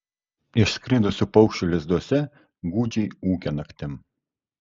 išskridusių paukščių lizduose gūdžiai ūkia naktim